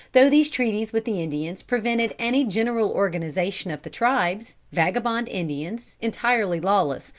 though these treaties with the indians prevented any general organization of the tribes, vagabond indians, entirely lawless,